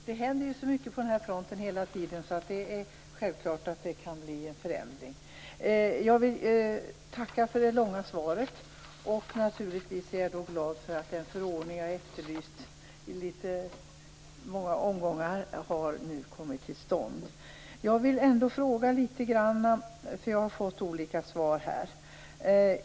Fru talman! Det händer så mycket på den här fronten hela tiden så det är självklart att det kan bli en förändring. Jag vill tacka för det långa svaret, och naturligtvis är jag glad för att den förordning som jag har efterlyst i flera omgångar nu har kommit till stånd. Jag vill ändå ställa en del frågor, för jag har fått olika svar.